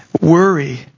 worry